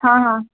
હા હા